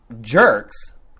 jerks